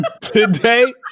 Today